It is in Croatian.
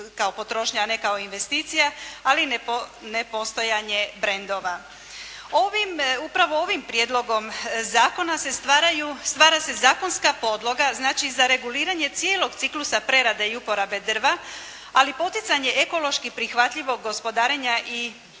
kao potrošnja, a ne kao investicija, ali nepostojanje brendova. Ovim, upravo ovim prijedlogom zakona se stvaraju, stvara se zakonska podloga znači za reguliranje cijelog ciklusa prerade i uporabe drva, ali poticanje ekološki prihvatljivog gospodarenja i